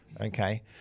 okay